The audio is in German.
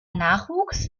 nachwuchs